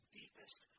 deepest